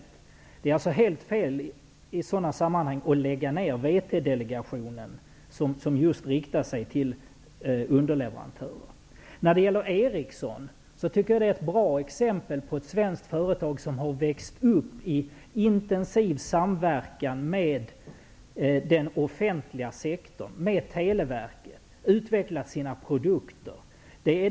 Det är alltså helt fel att i det läget lägga ned VT-delegationen, vars verksamhet riktar sig just till underleverantörer. Jag tycker att Ericsson är ett bra exempel på ett svenskt företag som har vuxit upp och utvecklat sina produkter i intensiv samverkan med den offentliga sektorn, med Televerket.